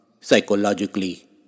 psychologically